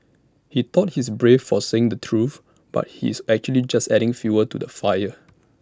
he thought he's brave for saying the truth but he's actually just adding fuel to the fire